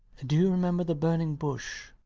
do you remember the burning bush?